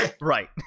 Right